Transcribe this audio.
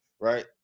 Right